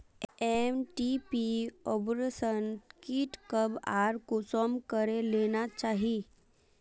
MTP abortion kit कब आर कुंसम करे लेना चही?